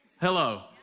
Hello